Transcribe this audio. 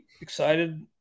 excited